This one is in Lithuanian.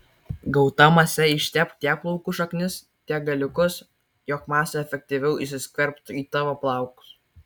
gauta mase ištepk tiek plaukų šaknis tiek galiukus jog masė efektyviau įsiskverbtų į tavo plaukus